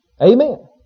Amen